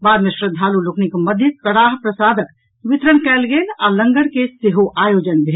बाद मे श्रद्वालु लोकनिक मध्य कड़ाह प्रसादक वितरण कयल गेल आ लंगर के सेहो आयोजन भेल